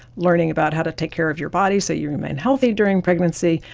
learning about how to take care of your body so you remain healthy during pregnancy,